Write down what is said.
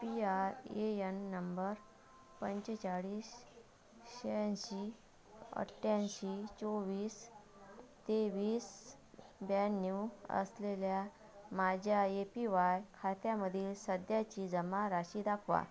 P R A N number पंचेचाळीस शहाऐंशी अठ्ठ्याऐंशी चोवीस तेवीस ब्याण्णव असलेल्या माझ्या ए पी वाय खात्यामधील सध्याची जमा राशी दाखवा